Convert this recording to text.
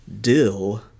Dill